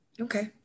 Okay